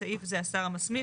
בסעיף זה השר המסמיך,